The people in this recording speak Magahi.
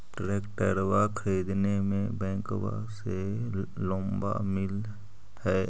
ट्रैक्टरबा खरीदे मे बैंकबा से लोंबा मिल है?